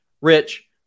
Rich